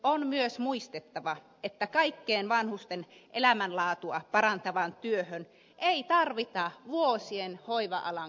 on myös muistettava että kaikkeen vanhusten elämänlaatua parantavaan työhön ei tarvita vuosien hoiva alan koulutusta